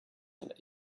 and